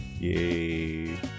Yay